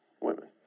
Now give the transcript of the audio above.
women